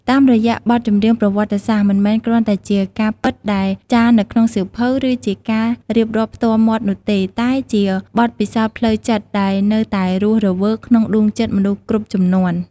តាមរយៈបទចម្រៀង ប្រវត្តិសាស្ត្រមិនមែនគ្រាន់តែជាការពិតដែលចារនៅក្នុងសៀវភៅ ឬជាការរៀបរាប់ផ្ទាល់មាត់នោះទេ តែជាបទពិសោធន៍ផ្លូវចិត្តដែលនៅតែរស់រវើកក្នុងដួងចិត្តមនុស្សគ្រប់ជំនាន់។